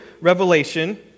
Revelation